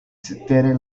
cetere